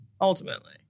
ultimately